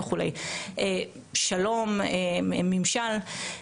שלום, ממשל.